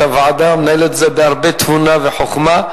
הוועדה הוא מנהל אותה בהרבה תבונה וחוכמה.